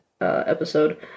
episode